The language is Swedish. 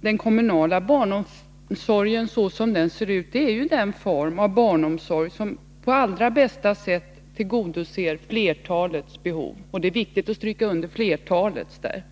den kommunala barnomsorgen är den form av barnomsorg som på allra bästa sätt tillgodoser flertalets behov — det är angeläget att stryka under att det gäller flertalet.